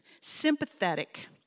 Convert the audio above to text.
sympathetic